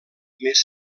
més